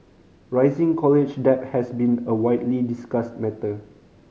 rising college debt has been a widely discussed matter